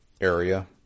area